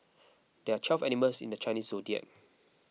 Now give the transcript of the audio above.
there are twelve animals in the Chinese zodiac